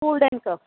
cold and cuff